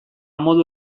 modu